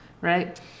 right